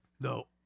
no